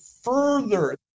further